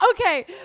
Okay